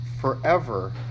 forever